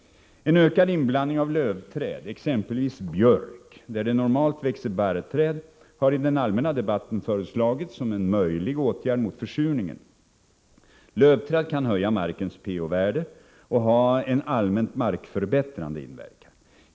En ökad inblandning av lövträd, exempelvis björk, där det normalt växer barrträd har i den allmänna debatten föreslagits som en möjlig åtgärd mot försurningen. Lövträd kan höja markens pH-värde och ha en allmänt markförbättrande inverkan.